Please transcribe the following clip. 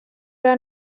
are